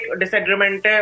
disagreement